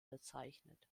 bezeichnet